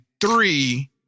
three